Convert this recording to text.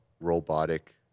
robotic